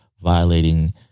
violating